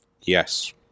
Yes